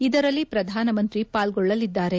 ಇದರಲ್ಲಿ ಪ್ರಧಾನಮಂತ್ರಿ ಪಾಲ್ಗೊಳ್ಳಲಿದ್ದಾರೆ